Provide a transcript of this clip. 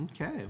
okay